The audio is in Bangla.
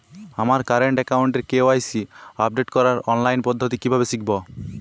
আমার কারেন্ট অ্যাকাউন্টের কে.ওয়াই.সি আপডেট করার অনলাইন পদ্ধতি কীভাবে শিখব?